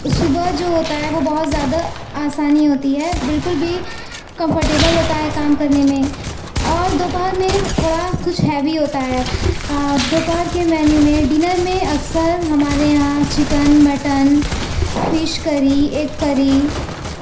صبح جو ہوتا ہے وہ بہت زیادہ آسانی ہوتی ہے بالکل بھی کمفرٹیبل ہوتا ہے کام کرنے میں اور دوپہر میں تھوڑا کچھ ہیوی ہوتا ہے دوپہر کے مینیو میں ڈنر میں اکثر ہمارے یہاں chicken mutton fish curry egg کری